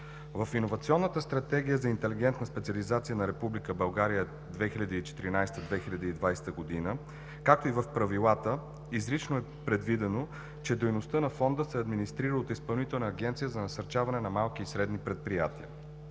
В иновационната стратегия за интелигентна специализация на Република България 2014 г. – 2020 г., както и в правилата, изрично е предвидено, че дейността на Фонда се администрира от Изпълнителната агенция за насърчаване на малки и средни предприятия.